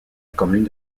commune